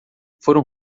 foram